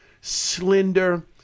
slender